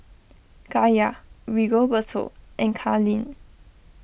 Kaya Rigoberto in Kalene